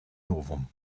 novum